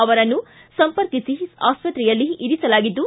ಅವರನ್ನು ಸಂಪರ್ಕಿಸಿ ಆಸ್ಪತ್ರೆಯಲ್ಲಿ ನಿಗಾ ಇರಿಸಲಾಗಿದ್ದು